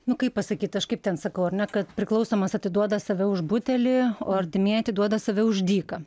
nu kaip pasakyt aš kaip ten sakau ar ne kad priklausomas atiduoda save už butelį o artimieji atiduoda save už dyką